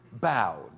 bowed